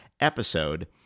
episode